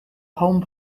home